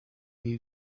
need